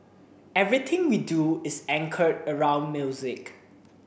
everything we do is anchored around music